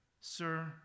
sir